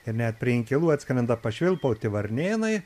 ir net prie inkilų atskrenda pašvilpauti varnėnai